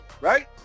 right